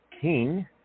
king